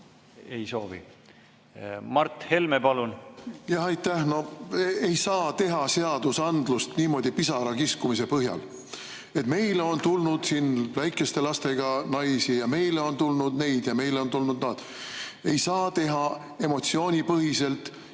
te tunnistate seda? Aitäh! No ei saa teha seadusandlust niimoodi pisarakiskumise põhjal, et meile on tulnud siin väikeste lastega naisi ja meile on tulnud neid ja meile on tulnud teisi. Ei saa teha emotsioonipõhiselt